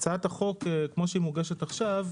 הצעת החוק כפי שהיא מוגשת עכשיו,